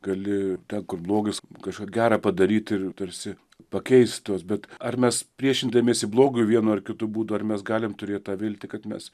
gali kur blogis kažką gera padaryt ir tarsi pakeist tuos bet ar mes priešindamiesi blogiui vienu ar kitu būdu ar mes galim turėt tą viltį kad mes